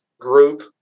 group